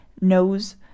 knows